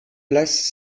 place